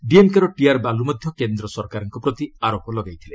ଡିଏମ୍କେର ଟିଆର୍ ବାଲୁ ମଧ୍ୟ କେନ୍ଦ୍ର ସରକାରଙ୍କ ପ୍ରତି ଆରୋପ ଲଗାଇଥିଲେ